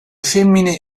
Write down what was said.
femmine